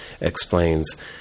explains